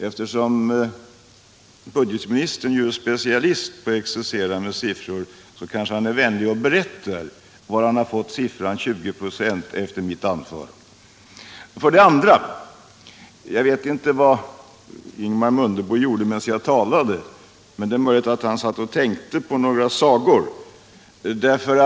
Eftersom budgetministern ju är specialist på att exercera med siffror, kanske han är vänlig och efter mitt anförande berättar varifrån han har fått siffran 20 25. Jag vet inte vad Ingemar Mundebo gjorde medan jag talade, men det är möjligt att han satt och tänkte på några andra sagor.